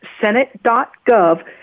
Senate.gov